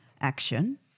action